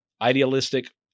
idealistic